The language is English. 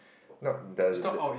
not the the